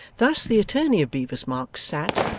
thus, the attorney of bevis marks sat,